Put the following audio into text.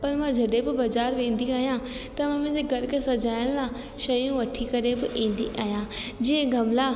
पर मां जॾहिं बि बाज़ारि वेंदी आहियां त मां मुंहिंजे घर खे सॼाइण लाइ शयूं वठी करे बि ईंदी आहियां जीअं गमला